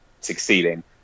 succeeding